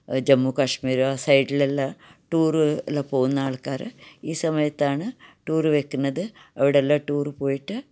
ജമ്മു കാശ്മീര് ആ സൈഡിലെല്ല ടൂറിൽ പോകുന്ന ആൾക്കാറ് ഈ സമയത്താണ് ടൂറ് വെക്കുന്നത് അവിടെ എല്ലാം ടൂറ് പോയിട്ട്